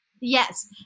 Yes